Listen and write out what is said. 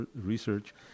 Research